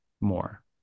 more